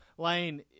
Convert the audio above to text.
Lane